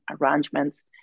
arrangements